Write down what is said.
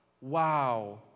Wow